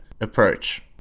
approach